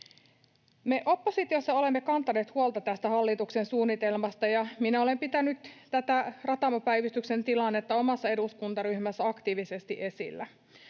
Me oppositiossa olemme kantaneet huolta tästä hallituksen suunnitelmasta, ja minä olen pitänyt tätä Ratamo-päivystyksen tilannetta omassa eduskuntaryhmässäni aktiivisesti esillä.